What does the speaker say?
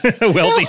wealthy